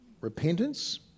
repentance